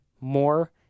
more